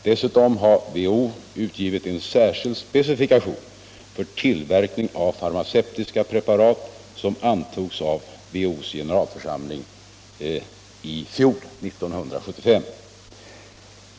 Dessutom har WHO utgivit en särskild specifikation för tillverkning av farmaceutiska preparat, vilken antogs av WHO:s generalförsamling i fjol, 1975.